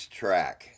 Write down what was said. track